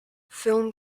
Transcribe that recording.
film